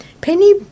Penny